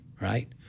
right